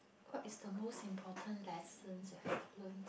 what is the most important lessons you have learn